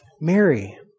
Mary